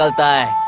ah by